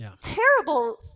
terrible